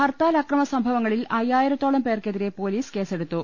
ഹർത്താൽ അക്രമ സംഭവങ്ങളിൽ അയ്യായിരത്തോളം പേർക്കെതിരെ പൊലീസ് കേസെടുത്തു